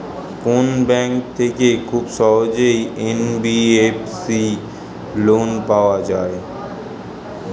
কোন ব্যাংক থেকে খুব সহজেই এন.বি.এফ.সি লোন পাওয়া যায়?